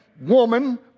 woman